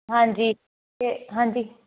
ਹਾਂਜੀ ਤੇ ਹਾਂਜੀ